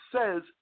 says